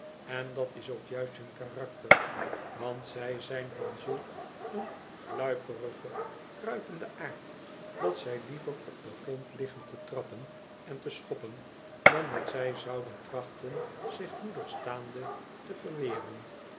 en dat is ook juist hun karakter want zij zijn van zulk een gluiperigen kruipenden aard dat zij liever op den grond liggen te trappen en te schoppen dan dat zij zouden trachten zich moedig staande te verweren